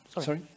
Sorry